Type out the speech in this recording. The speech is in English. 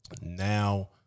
Now